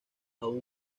aún